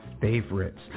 favorites